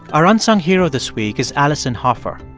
our unsung hero this week is alison hofer.